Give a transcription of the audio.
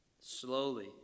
Slowly